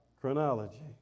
chronology